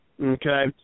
Okay